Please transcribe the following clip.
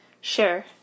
Sure